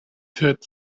said